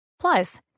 Plus